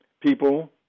People